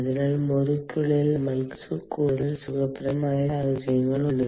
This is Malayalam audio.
അതിനാൽ മുറിക്കുള്ളിൽ നമ്മൾക്ക് കൂടുതൽ സുഖപ്രദമായ സാഹചര്യങ്ങളുണ്ട്